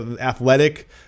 athletic